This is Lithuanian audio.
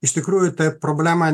iš tikrųjų ta problema